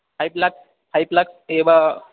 five lakh five lakh एव